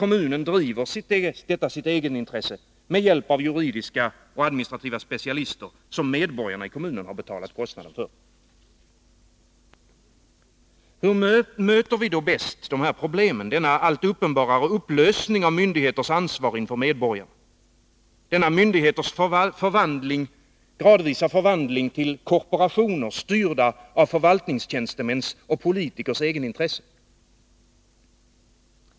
Kommunen driver detta sitt egenintresse med hjälp av juridiska och administrativa specialister, för vilka medborgarna bestritt kostnaden. Hur möter vi då bäst dessa problem, denna allt uppenbarare upplösning av myndigheters ansvar inför medborgarna, denna myndigheters gradvisa förvandling till korporationer, styrda av förvaltningstjänstemäns och politikers egenintresse?